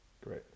great